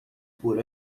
por